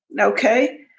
Okay